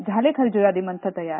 झाले खर्जुरादी मंथ तयार